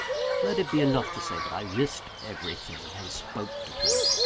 let it be enough to say that i risked everything, and spoke to her.